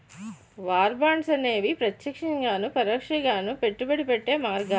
war bonds అనేవి ప్రత్యక్షంగాను పరోక్షంగాను పెట్టుబడి పెట్టే మార్గాలు